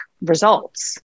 results